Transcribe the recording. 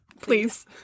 Please